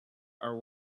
are